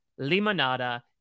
Limonada